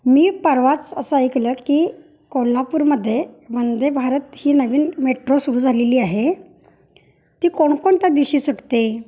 मी परवाच असं ऐकलं की कोल्हापूरमध्ये वंदेभारत ही नवीन मेट्रो सुरू झालेली आहे ती कोणकोणत्या दिवशी सुटते